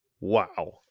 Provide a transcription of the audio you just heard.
Wow